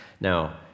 Now